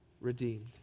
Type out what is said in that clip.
redeemed